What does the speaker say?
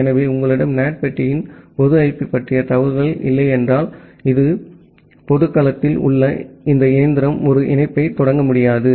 எனவே உங்களிடம் NAT பெட்டியின் பொது ஐபி பற்றிய தகவல் இல்லையென்றால் பொது களத்தில் உள்ள இந்த இயந்திரம் ஒரு இணைப்பைத் தொடங்க முடியாது